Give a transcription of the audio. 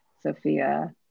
Sophia